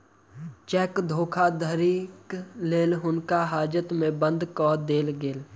cheque धोखाधड़ीक लेल हुनका हाजत में बंद कअ देल गेलैन